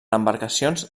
embarcacions